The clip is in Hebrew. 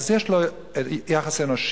אז יש לו יחס אנושי.